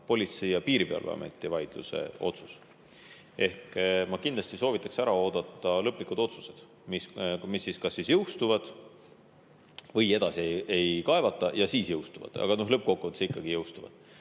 Politsei‑ ja Piirivalveameti vaidluse otsus. Ma kindlasti soovitaksin ära oodata lõplikud otsused, mis siis kas jõustuvad või neid edasi ei kaevata ja nad jõustuvad siis, aga lõppkokkuvõttes ikkagi jõustuvad.